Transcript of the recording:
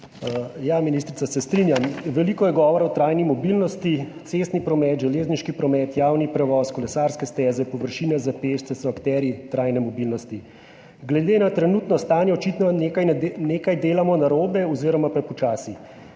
Ministrica, se strinjam. Veliko je govora o trajni mobilnosti. Cestni promet, železniški promet, javni prevoz, kolesarske steze, površine za pešce so akterji trajne mobilnosti. Glede na trenutno stanje očitno nekaj delamo narobe oziroma prepočasi.